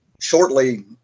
shortly